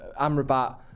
Amrabat